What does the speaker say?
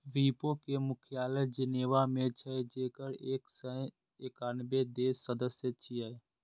विपो के मुख्यालय जेनेवा मे छै, जेकर एक सय एकानबे देश सदस्य छियै